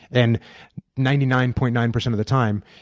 and ninety nine point nine percent of the time,